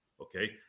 okay